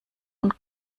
und